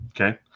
Okay